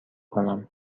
کنم